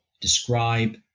describe